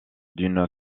d’une